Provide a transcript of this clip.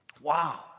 Wow